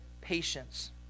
patience